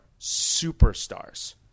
superstars